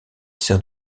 sert